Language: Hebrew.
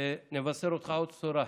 נבשר אותך עוד בשורה,